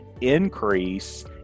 increase